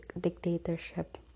dictatorship